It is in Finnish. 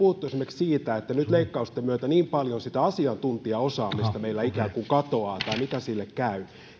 puhuttu esimerkiksi siitä että nyt leikkausten myötä niin paljon sitä asiantuntijaosaamista meillä ikään kuin katoaa tai että mitä sille käy